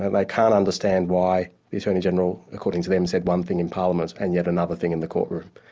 and like can't understand why the attorney-general, according to them, said one thing in parliament, and yet another thing in the courtroom.